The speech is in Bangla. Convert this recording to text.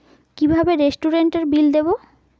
কিভাবে রেস্টুরেন্টের বিল দেবো?